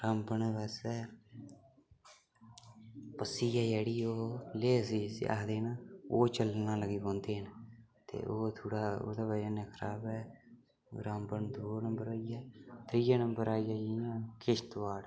रामबन वैसे पस्सी ऐ जेह्ड़ी ओह् लेज़ जिसी आखदे न ओह् चल्लन लगी पौंदे ते ओह् थोह्ड़ा ओह्दी बजह कन्नै ख़राब एह् रामबन दूआ नम्बर होई गेआ त्रीआ नम्बर आई गेआ जि'यां किश्तवाड़